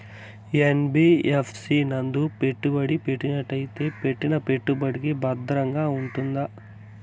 NBFC నందు పెట్టుబడి పెట్టినట్టయితే పెట్టిన పెట్టుబడికి భద్రంగా ఉంటుందా?